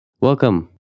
Welcome